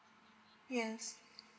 yes